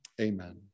Amen